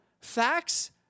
Facts